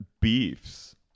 beefs